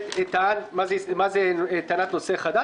זה טענת נושא חדש?